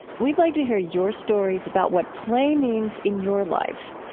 we'd like to hear your stories about what play means in your lives.